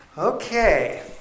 Okay